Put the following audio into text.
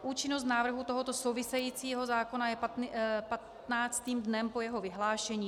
Účinnost návrhu tohoto souvisejícího zákona je patnáctým dnem po jeho vyhlášení.